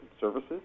services